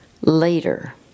later